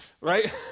Right